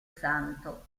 santo